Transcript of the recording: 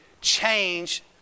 change